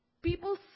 people